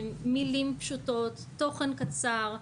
מילים פשוטות, תוכן קצר,